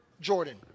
Jordan